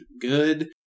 good